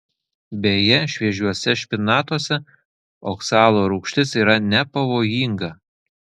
beje šviežiuose špinatuose oksalo rūgštis yra nepavojinga